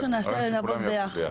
--- נעבוד ביחד.